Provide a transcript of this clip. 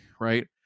right